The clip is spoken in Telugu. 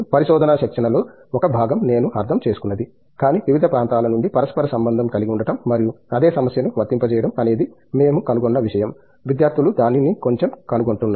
పరిశోధన శిక్షణ లో ఒక భాగం నేను అర్థం చేసుకున్నది కానీ వివిధ ప్రాంతాల నుండి పరస్పర సంబంధం కలిగి ఉండటం మరియు అదే సమస్యను వర్తింపజేయడం అనేది మేము కనుగొన్న విషయం విద్యార్థులు దానిని కొంచెం కనుగొంటున్నారు